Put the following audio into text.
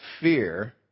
fear